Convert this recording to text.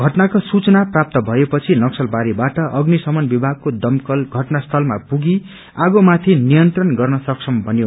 घटनाको सूचना प्राप्त भए पछि नकसलबारीबाट अभ्नि शमन विभागको दमकल घटना स्थलमा पुगी आगोमाथि नियन्त्रण गर्न सक्षम बन्यो